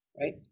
right